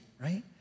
right